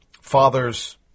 fathers